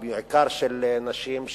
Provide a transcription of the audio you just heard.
בעיקר של נשים,